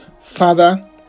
Father